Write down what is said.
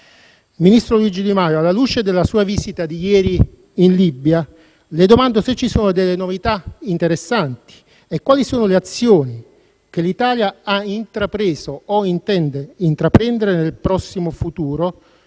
Ministro Luigi Di Maio, alla luce della sua visita di ieri in Libia, le domando se ci sono delle novità interessanti e quali sono le azioni che l'Italia ha intrapreso o intende intraprendere nel prossimo futuro